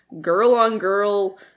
girl-on-girl